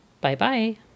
Bye-bye